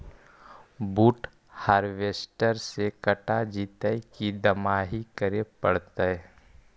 बुट हारबेसटर से कटा जितै कि दमाहि करे पडतै?